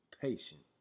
patient